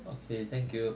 okay thank you